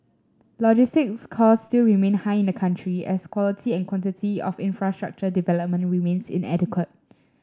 logistics cost still remain high in the country as quality and quantity of infrastructure development remains inadequate